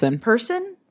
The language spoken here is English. person –